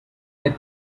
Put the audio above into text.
that